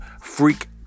freak